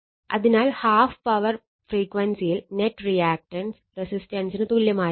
അതിനാൽ half power ഫ്രീക്വൻസിയിൽ net reactance റെസിസ്റ്റൻസിന് തുല്യമായിരിക്കും